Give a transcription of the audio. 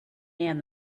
and